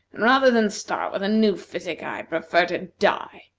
and rather than start with a new physic, i prefer to die.